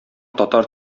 татар